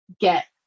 get